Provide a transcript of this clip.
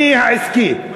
עמר, שכני העסקי.